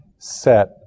set